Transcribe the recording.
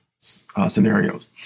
scenarios